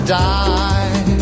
die